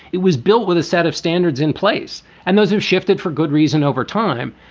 it was built with a set of standards in place and those who shifted for good reason over time.